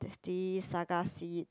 is this saga seed